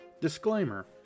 Disclaimer